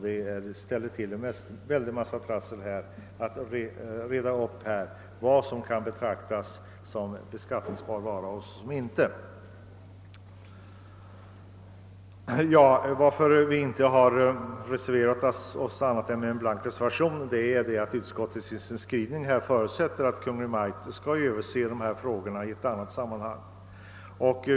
Det innebär åtskilligt trassel att reda ut vad som skall betraktas som beskattningsbara varor. Att vi bara har avgivit en blank reservation beror på att utskottet i sin skrivning förutsätter att Kungl. Maj:t i annat sammanhang skall göra en översyn av de här frågorna.